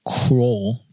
crawl